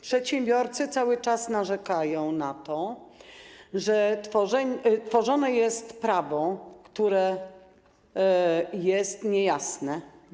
Przedsiębiorcy cały czas narzekają na to, że tworzone jest prawo, które jest niejasne.